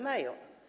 Mają.